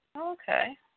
Okay